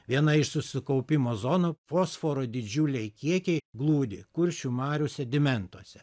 viena iš susikaupimo zonų fosforo didžiuliai kiekiai glūdi kuršių marių sedimentuose